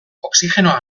oxigeno